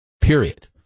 period